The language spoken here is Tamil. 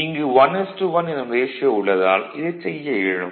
இங்கு 11 எனும் ரேஷியோ உள்ளதால் இதைச் செய்ய இயலும்